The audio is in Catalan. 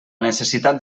necessitat